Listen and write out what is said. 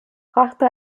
brachte